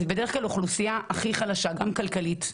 זו בדרך כלל האוכלוסייה הכי חלשה, גם כלכלית,